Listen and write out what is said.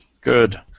Good